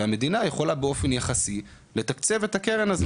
והמדינה יכולה באופן יחסי לתקצב את הקרן הזאת.